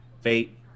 fate